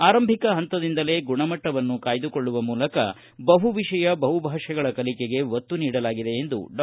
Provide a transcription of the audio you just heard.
ಆರಂಭಿಕ ಪಂತದಿಂದಲೇ ಗುಣಮಟ್ವವನ್ನು ಕಾಯ್ದುಕೊಳ್ಳುವ ಮೂಲಕ ಬಹುವಿಷಯ ಬಹುಭಾಷೆಗಳ ಕಲಿಕೆಗೆ ಒತ್ತು ನೀಡಲಾಗಿದೆ ಎಂದು ಡಾ